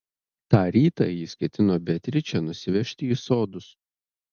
tą rytą jis ketino beatričę nusivežti į sodus